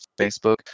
Facebook